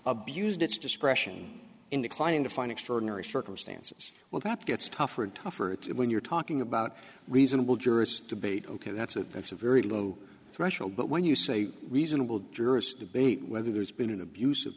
abused its discretion in declining to find extraordinary circumstances well that gets tougher and tougher it when you're talking about reasonable jurists debate ok that's a that's a very low threshold but when you say reasonable jurist debate whether there's been an abus